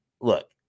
look